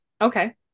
Okay